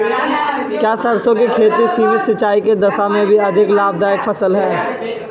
क्या सरसों की खेती सीमित सिंचाई की दशा में भी अधिक लाभदायक फसल है?